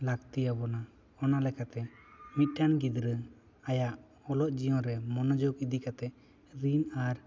ᱞᱟᱹᱠᱛᱤ ᱟᱵᱚᱱᱟ ᱚᱱᱟ ᱞᱮᱠᱟᱛᱮ ᱢᱤᱫ ᱴᱟᱱ ᱜᱤᱫᱽᱨᱟᱹ ᱟᱭᱟᱜ ᱚᱞᱚᱜ ᱡᱤᱭᱚᱱ ᱨᱮ ᱢᱚᱱᱚᱡᱚᱜᱽ ᱤᱫᱤ ᱠᱟᱛᱮᱫ ᱨᱤᱱ ᱟᱨ